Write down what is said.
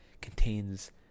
contains